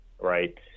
right